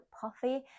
puffy